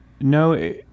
No